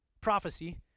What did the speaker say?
prophecy